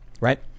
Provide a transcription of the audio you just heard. Right